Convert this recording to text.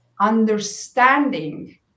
understanding